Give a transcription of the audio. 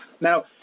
Now